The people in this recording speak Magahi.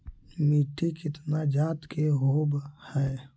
मिट्टी कितना जात के होब हय?